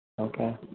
Okay